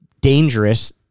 dangerous